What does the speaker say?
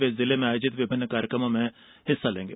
वे जिले में आयोजित विभिन्न कार्यक्रमों हिस्सा लेंगे